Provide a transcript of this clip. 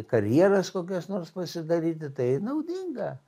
karjeras kokias nors pasidaryti tai naudinga